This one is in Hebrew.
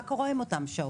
מה קורה עם אותן שעות?